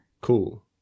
cool